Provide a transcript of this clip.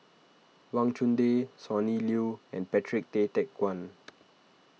Wang Chunde Sonny Liew and Patrick Tay Teck Guan